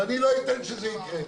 ושהוא לא ייתן שזה יקרה.